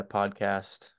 podcast